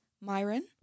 Myron